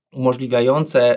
umożliwiające